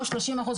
לא שלושים אחוז,